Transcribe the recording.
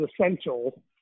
essential